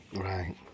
Right